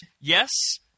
Yes